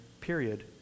period